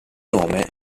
nome